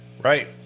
Right